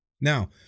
Now